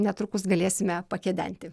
netrukus galėsime pakedenti